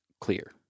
clear